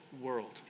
world